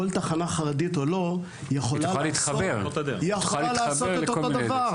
כל תחנה חרדית או לא יכולה לעשות את אותו הדבר.